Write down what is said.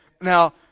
now